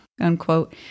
unquote